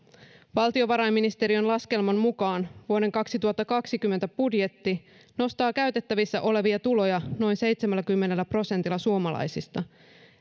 valtiovarainministeriön laskelman mukaan vuoden kaksituhattakaksikymmentä budjetti nostaa käytettävissä olevia tuloja noin seitsemälläkymmenellä prosentilla suomalaisista